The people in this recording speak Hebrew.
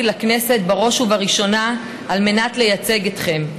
לכנסת בראש ובראשונה על מנת לייצג אתכם.